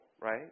right